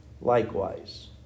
likewise